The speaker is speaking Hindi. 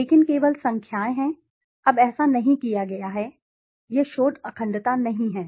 लेकिन केवल संख्याएं हैं अब ऐसा नहीं किया गया है यह शोध अखंडता नहीं है